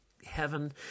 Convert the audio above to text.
Heaven